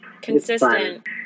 consistent